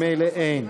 ממילא אין.